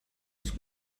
das